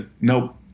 nope